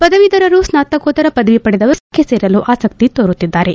ಪದವೀಧರರು ಸ್ನಾತಕೋತ್ತರ ಪದವಿ ಪಡೆದವರು ಮೋಲಿಸ್ ಇಲಾಖೆ ಸೇರಲು ಆಸಕ್ಕಿ ತೋರುತ್ತಿದ್ದಾರೆ